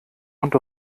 und